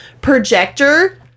projector